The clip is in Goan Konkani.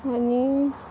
आनी